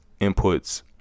inputs